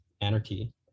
anarchy